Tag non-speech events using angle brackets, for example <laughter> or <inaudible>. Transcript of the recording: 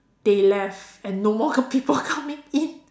they left and no more <laughs> people coming in